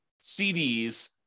CDs